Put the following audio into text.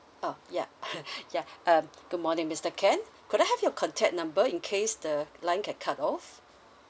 oh ya ya uh good morning mister ken could I have your contact number in case the line get cut off